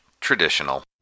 traditional